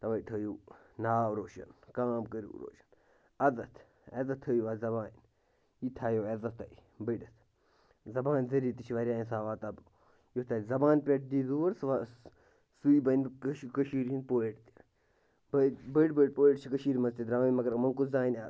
تَوَے تھٲوِو ناو روشَن کٲم کٔرِو روشَن عزتھ عزت تھٲوِو اَتھ زبانہِ یہِ تھاوٕ عزت تۄہہِ بٔڈِتھ زبانہِ ذٔریعہِ تہِ چھِ واریاہ حِساب واتان یُتھ تۄہہِ زبانہِ پٮ۪ٹھ دِی دوٗر سُہ وس سُے بَنہِ کٔشہِ کٔشیٖرِ ہُنٛد پویٹ تہِ بٔڈ بٔڈۍ بٔڈۍ پویٹ چھِ کٔشیٖرِ منٛز تہِ دراومٕتۍ مگر یِمو کُس زانہِ اَز